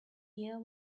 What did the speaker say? year